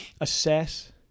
Assess